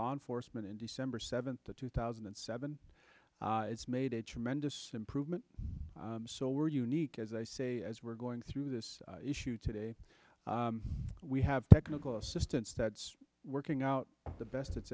law enforcement in december seventh two thousand and seven it's made a tremendous improvement so we're unique as i say as we're going through this issue today we have technical assistance that's working out the best it's